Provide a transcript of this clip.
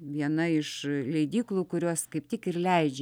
viena iš leidyklų kurios kaip tik ir leidžia